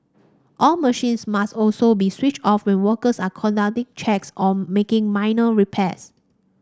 all machines must also be switched off when workers are conducting checks or making minor repairs